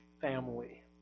family